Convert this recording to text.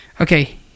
Okay